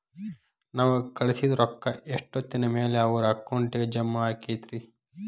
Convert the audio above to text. ನಾವು ಕಳಿಸಿದ್ ರೊಕ್ಕ ಎಷ್ಟೋತ್ತಿನ ಮ್ಯಾಲೆ ಅವರ ಅಕೌಂಟಗ್ ಜಮಾ ಆಕ್ಕೈತ್ರಿ?